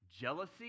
jealousy